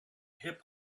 hip